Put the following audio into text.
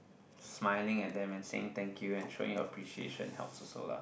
smiling at them and saying thank you and showing your appreciation helps also lah